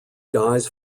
dies